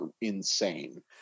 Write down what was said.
insane